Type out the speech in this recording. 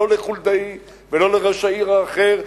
לא לחולדאי ולא לראש עיר אחר.